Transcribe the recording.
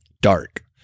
Dark